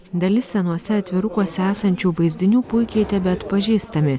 dalis senuose atvirukuose esančių vaizdinių puikiai tebeatpažįstami